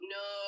no